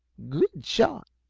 good shot!